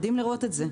מדהים לראות את זה.